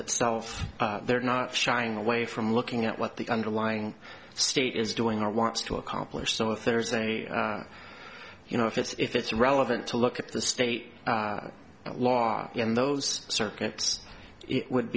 itself they're not shying away from looking at what the underlying state is doing or wants to accomplish some of thirds and you know if it's if it's relevant to look at the state law in those circuits it would